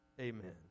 Amen